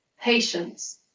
patience